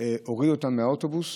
הוריד אותם מהאוטובוס.